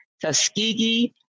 Tuskegee